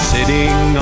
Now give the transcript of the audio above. Sitting